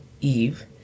Eve